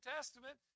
Testament